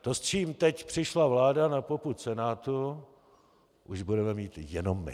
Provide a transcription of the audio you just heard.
To, s čím teď přišla vláda na popud Senátu, už budeme mít jenom my.